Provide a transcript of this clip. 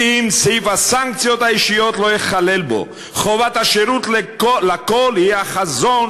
אם סעיף הסנקציות האישיות לא ייכלל בו"; "חובת השירות לכול היא החזון